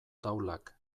taulak